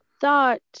thought